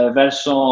verso